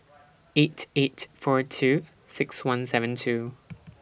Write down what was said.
eight eight four two six one seven two